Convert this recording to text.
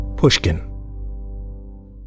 Pushkin